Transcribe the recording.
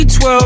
B12